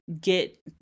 get